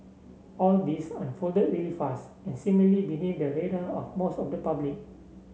all this unfolded really fast and seemingly beneath the radar of most of the public